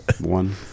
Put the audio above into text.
one